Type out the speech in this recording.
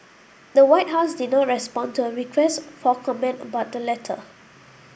the White House did not respond to a request for comment about the letter